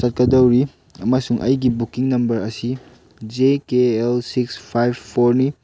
ꯆꯠꯀꯗꯧꯔꯤ ꯑꯃꯁꯨꯡ ꯑꯩꯒꯤ booking number ꯑꯁꯤ J K L six five ꯐꯣꯔꯅꯤ